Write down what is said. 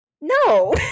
no